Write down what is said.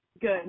good